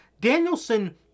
Danielson